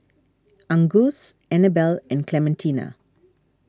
Angus Annabel and Clementina